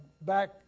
back